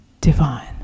divine